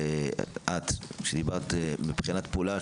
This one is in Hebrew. מבחינת פעולה,